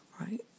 right